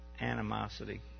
animosity